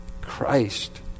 Christ